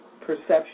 perception